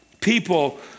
people